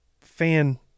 fan